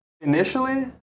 initially